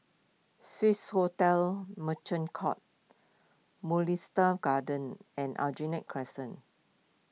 Swissotel Merchant Court Mugliston Gardens and Aljunied Crescent